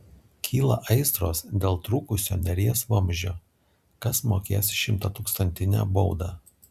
kyla aistros dėl trūkusio neries vamzdžio kas mokės šimtatūkstantinę baudą